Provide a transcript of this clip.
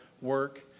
work